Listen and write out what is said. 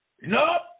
Nope